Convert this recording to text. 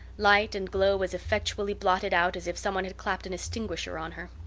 light and glow as effectually blotted out as if some one had clapped an extinguisher on her.